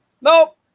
Nope